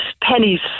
pennies